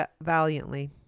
valiantly